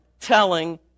telling